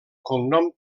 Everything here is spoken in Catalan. cognom